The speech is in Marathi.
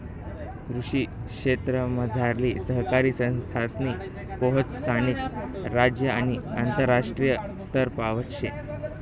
कृषी क्षेत्रमझारली सहकारी संस्थासनी पोहोच स्थानिक, राज्य आणि आंतरराष्ट्रीय स्तरपावत शे